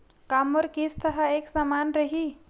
का मोर किस्त ह एक समान रही?